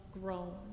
grown